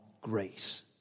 grace